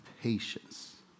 patience